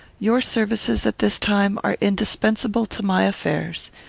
your services at this time are indispensable to my affairs.